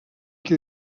que